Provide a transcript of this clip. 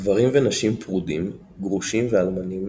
גברים ונשים פרודים, גרושים ואלמנים,